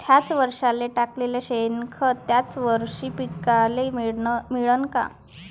थ्याच वरसाले टाकलेलं शेनखत थ्याच वरशी पिकाले मिळन का?